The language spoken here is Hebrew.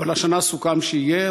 אבל השנה סוכם שיהיה.